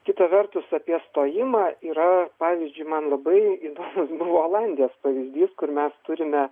kita vertus apie stojimą yra pavyzdžiui man labai įdomus buvo olandijos pavyzdys kur mes turime